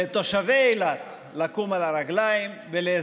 לתושבי אילת לקום על הרגליים,